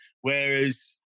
whereas